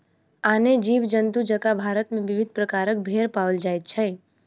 आने जीव जन्तु जकाँ भारत मे विविध प्रकारक भेंड़ पाओल जाइत छै